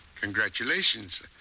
Congratulations